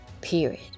period